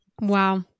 Wow